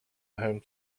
home